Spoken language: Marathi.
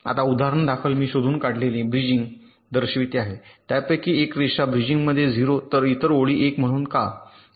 आता उदाहरणादाखल मी शोधून काढलेले आणि ब्रिजिंग दर्शविले आहे त्यापैकी एक रेषा ब्रिजिंगमध्ये 0 तर इतर ओळी 1 म्हणून का